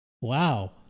Wow